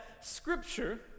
Scripture